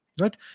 right